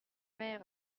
mère